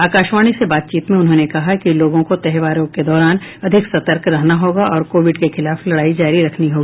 आकाशवाणी से बातचीत में उन्होंने कहा कि लोगों को त्योहारों के दौरान अधिक सतर्क रहना होगा और कोविड के खिलाफ लड़ाई जारी रखनी होगी